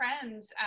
friends